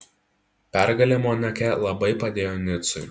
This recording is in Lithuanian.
pergalė monake labai padėjo nicui